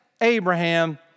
Abraham